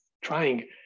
trying